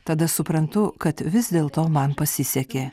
tada suprantu kad vis dėl to man pasisekė